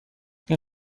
این